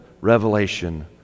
revelation